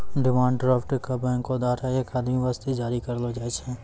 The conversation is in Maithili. डिमांड ड्राफ्ट क बैंको द्वारा एक आदमी वास्ते जारी करलो जाय छै